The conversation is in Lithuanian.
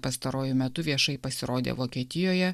pastaruoju metu viešai pasirodė vokietijoje